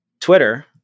Twitter